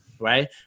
right